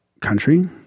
country